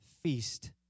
feast